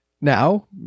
Now